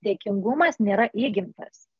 dėkingumas nėra įgimtas